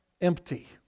empty